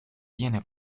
tiene